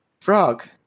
Frog